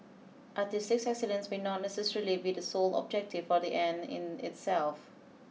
artistic excellence may not necessarily be the sole objective or the end in itself